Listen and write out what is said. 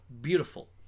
beautiful